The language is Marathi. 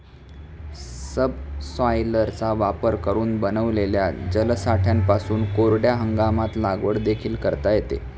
सबसॉयलरचा वापर करून बनविलेल्या जलसाठ्यांपासून कोरड्या हंगामात लागवड देखील करता येते